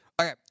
Okay